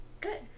Good